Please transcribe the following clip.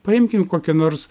paimkim kokią nors